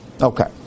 Okay